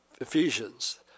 Ephesians